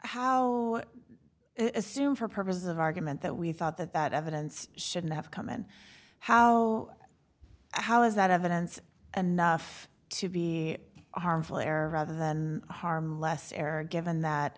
how assume for purposes of argument that we thought that that evidence shouldn't have come in how how is that evidence enough to be harmful error rather than harm less error given that